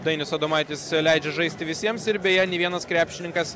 dainius adomaitis leidžia žaisti visiems ir beje nei vienas krepšininkas